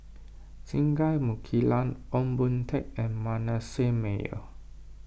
Singai Mukilan Ong Boon Tat and Manasseh Meyer